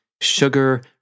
Sugar